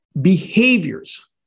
behaviors